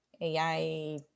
AI